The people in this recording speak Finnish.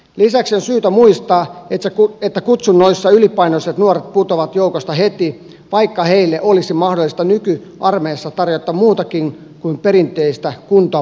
lisäksi on syytä muistaa että kutsunnoissa ylipainoiset nuoret putoavat joukosta heti vaikka heille olisi mahdollista nykyarmeijassa tarjota muutakin kuin perinteistä kuntoa vaativaa koulutusta